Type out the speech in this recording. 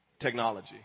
Technology